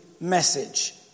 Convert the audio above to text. message